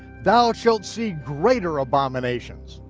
thou shalt see greater abominations.